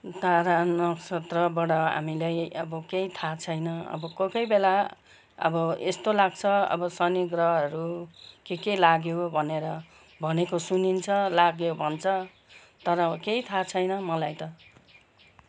तारा नक्षत्रबाट हामीलाई अब केही थाह छैन अब कोही कोही बेला अब यस्तो लाग्छ अब शनि ग्रहरू के के लाग्यो भनेर भनेको सुनिन्छ लाग्यो भन्छ तर केही थाह छैन मलाई त